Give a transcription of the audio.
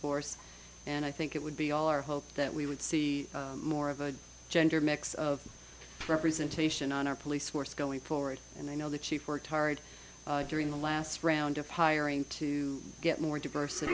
force and i think it would be all our hope that we would see more of a gender mix of representation on our police force going forward and i know the chiefs were tired during the last round of hiring to get more diversity